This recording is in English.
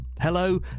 Hello